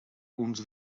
uns